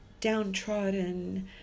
downtrodden